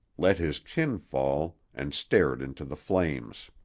let his chin fall, and stared into the flames.